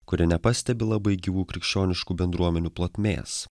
kuri nepastebi labai gyvų krikščioniškų bendruomenių plotmės